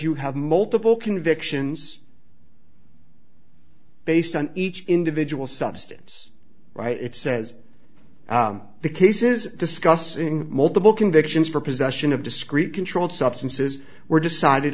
you have multiple convictions based on each individual substance right it says the case is discussing multiple convictions for possession of discrete controlled substances were decided